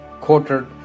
quoted